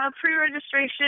Pre-registration